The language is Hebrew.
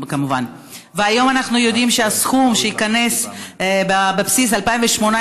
יודעים שהסכום שייכנס לבסיס התקציב